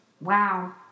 wow